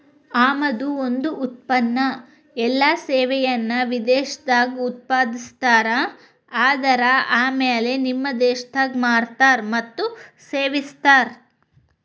ಆಮದು ಒಂದ ಉತ್ಪನ್ನ ಎಲ್ಲಾ ಸೇವೆಯನ್ನ ವಿದೇಶದಾಗ್ ಉತ್ಪಾದಿಸ್ತಾರ ಆದರ ಆಮ್ಯಾಲೆ ನಿಮ್ಮ ದೇಶದಾಗ್ ಮಾರ್ತಾರ್ ಮತ್ತ ಸೇವಿಸ್ತಾರ್